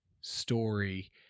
story